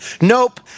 nope